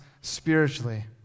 spiritually